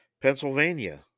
Pennsylvania